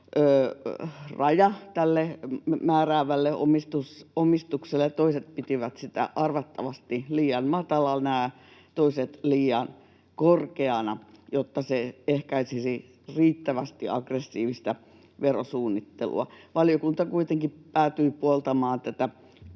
raja tälle määräävälle omistukselle, ja toiset pitivät sitä arvattavasti liian matalana ja toiset liian korkeana, jotta se ehkäisisi riittävästi aggressiivista verosuunnittelua. Valiokunta kuitenkin päätyi puoltamaan tätä